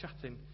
chatting